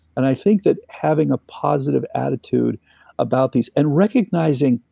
and i think that having a positive attitude about these, and recognizing,